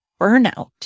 burnout